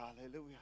Hallelujah